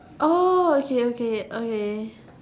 oh okay okay okay